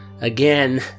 again